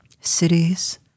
cities